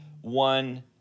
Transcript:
One